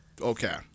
okay